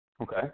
Okay